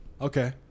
Okay